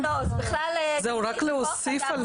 לא, זה בכלל --- רק להוסיף על